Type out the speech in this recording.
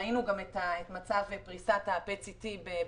ראינו גם את מצב פרישת ה-PET-CT בחיפה,